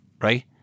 right